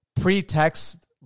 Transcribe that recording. pre-text